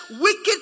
wicked